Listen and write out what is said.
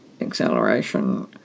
acceleration